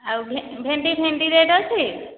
ଆଉ ଭେଣ୍ଡି ଭେଣ୍ଡି ରେଟ୍ ଅଛି